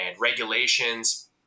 regulations